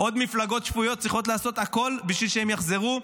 עוד מפלגות שפויות צריכות לעשות הכול בשביל שהם יחזרו,